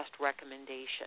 recommendation